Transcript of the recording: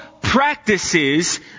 practices